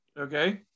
Okay